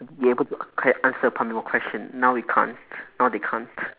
be able to can answer primary one question now we can't now they can't